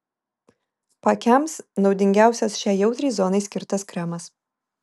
paakiams naudingiausias šiai jautriai zonai skirtas kremas